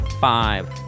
five